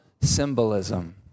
symbolism